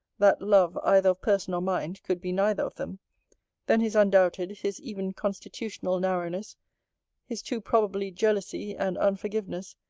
that love, either of person or mind, could be neither of them then his undoubted, his even constitutional narrowness his too probably jealousy, and unforgiveness,